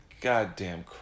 goddamn